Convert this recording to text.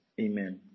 Amen